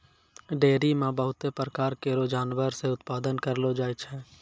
dairy म बहुत प्रकार केरो जानवर से उत्पादन करलो जाय छै